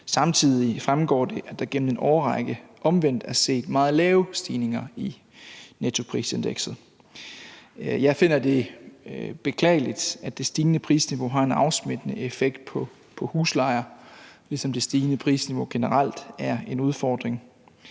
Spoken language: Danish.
Samtidig fremgår det, at der gennem en årrække omvendt er set meget lave stigninger i nettoprisindekset. Jeg finder det beklageligt, at det stigende prisniveau har en afsmittende effekt på huslejer, ligesom det stigende prisniveau generelt er en udfordring,